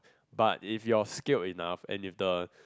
but if you're skilled enough and if the